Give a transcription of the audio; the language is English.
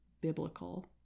biblical